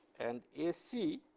and ac